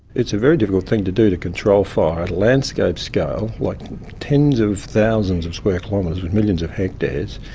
it's a very difficult thing to do, to control fire at a landscape scale, like tens of thousands of square kilometres with millions of hectares.